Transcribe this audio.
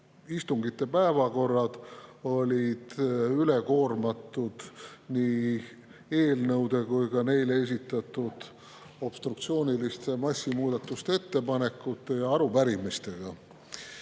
istungite päevakorrad olid üle koormatud nii eelnõude kui ka nende kohta esitatud obstruktsiooniliste massmuudatusettepanekutega ja samuti arupärimistega.